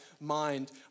mind